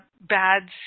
bad